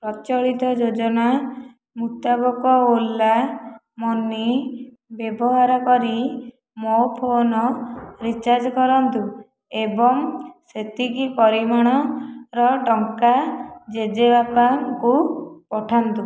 ପ୍ରଚଳିତ ଯୋଜନା ମୁତାବକ ଓଲା ମନି ବ୍ୟବହାର କରି ମୋ ଫୋନ ରିଚାର୍ଜ କରନ୍ତୁ ଏବଂ ସେତିକି ପରିମାଣର ଟଙ୍କା ଜେଜେବାପାଙ୍କୁ ପଠାନ୍ତୁ